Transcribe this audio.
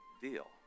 deal